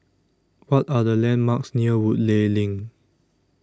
What Are The landmarks near Woodleigh LINK